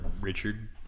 richard